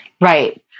Right